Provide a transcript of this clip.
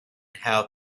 how